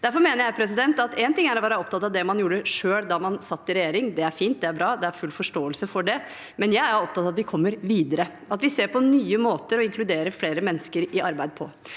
Derfor mener jeg at én ting er å være opptatt av det man gjorde selv da man satt i regjering, det er fint, det er bra, det er full forståelse for det, men jeg er opptatt av at vi kommer videre, at vi ser på nye måter å inkludere flere mennesker i arbeid på.